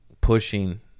pushing